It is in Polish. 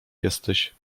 jesteś